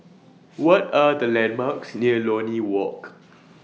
What Are The landmarks near Lornie Walk